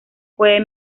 puede